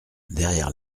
derrière